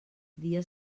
dia